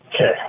Okay